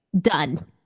done